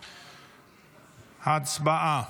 הצבעה.